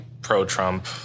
pro-Trump